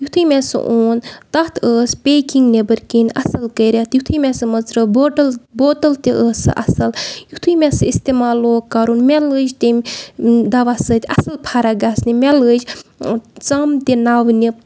یُتھُے مےٚ سُہ اوٚن تَتھ ٲس پیکِنٛگ نیٚبٕرۍ کِنۍ اَصٕل کٔرِتھ یُتھُے مےٚ سُہ مٕژرٲو بوٹَل بوتَل تہِ ٲس سۄ اَصٕل یُتھُے مےٚ سُہ اِستعمال لوگ کَرُن مےٚ لٔج تَمہِ دَوا سۭتۍ اَصٕل فَرق گژھنہِ مےٚ لٔج ژَم تہِ نَوٕنہِ